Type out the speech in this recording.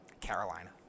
Carolina